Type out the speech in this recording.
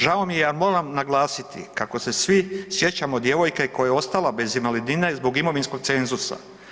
Žao mi je, ali moram naglasiti, kako se svi sjećamo djevojke koja je ostala bez invalidnine zbog imovinskog cenzusa.